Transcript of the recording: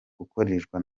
gukoreshwa